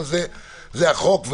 אבל זה החוק,